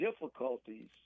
difficulties